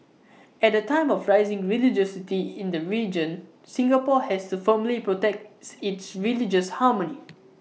at A time of rising religiosity in the region Singapore has to firmly protect its religious harmony